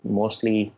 mostly